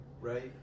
right